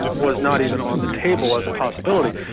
was not even on the table as a possibility.